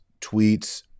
tweets